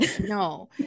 no